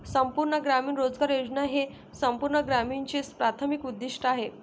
संपूर्ण ग्रामीण रोजगार योजना हे संपूर्ण ग्रामीणचे प्राथमिक उद्दीष्ट आहे